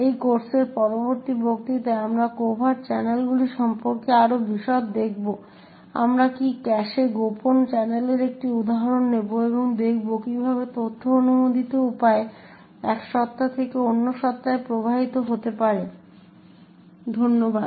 এই কোর্সের পরবর্তী বক্তৃতায় আমরা কভার্ট চ্যানেলগুলি সম্পর্কে আরও বিশদ দেখব আমরা একটি ক্যাশে গোপন চ্যানেলের একটি উদাহরণ নেব এবং দেখব কীভাবে তথ্য অননুমোদিত উপায়ে এক সত্তা থেকে অন্য সত্তায় প্রবাহিত হতে পারে ধন্যবাদ